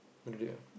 oh really ah